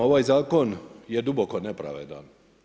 Ovaj Zakon je duboko nepravedan.